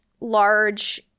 large